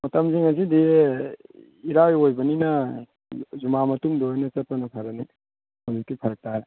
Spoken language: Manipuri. ꯃꯇꯝꯁꯤ ꯉꯁꯤꯗꯤ ꯏꯔꯥꯏ ꯑꯣꯏꯕꯅꯤꯅ ꯖꯨꯃꯥ ꯃꯇꯨꯡꯗ ꯑꯣꯏꯅ ꯆꯠꯄꯅ ꯐꯔꯅꯤ ꯍꯧꯖꯤꯛꯇꯤ ꯐꯔꯛ ꯇꯥꯔꯦ